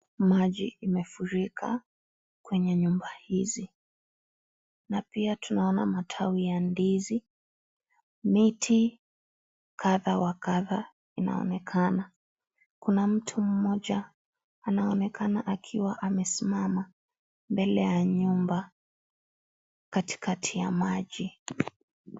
Maji imefurika kwenye nyumba hizi na pia tunaona matawi ya ndizi miti kadha wa kadha inaonekana kuna mtu mmoja anaonekana akiwa amesimama mbele ya nyumba katikati ya maji.